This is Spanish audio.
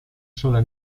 sola